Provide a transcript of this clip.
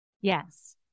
Yes